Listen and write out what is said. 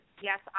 yes